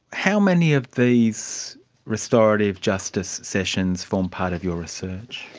how many of these restorative justice sessions form part of your research?